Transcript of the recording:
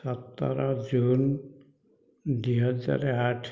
ସତର ଜୁନ୍ ଦୁଇ ହଜାର ଆଠ